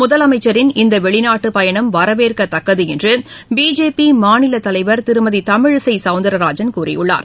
முதலமைச்சரின் இந்த வெளிநாட்டுப் பயனம் வரவேற்கத்தக்கது என்று பிஜேபி மாநிலத் தலைவர் திருமதி தமிழிசை சவுந்தரராஜன் கூறியுள்ளார்